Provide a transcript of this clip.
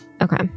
Okay